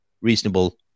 reasonable